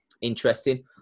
interesting